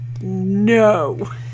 No